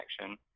action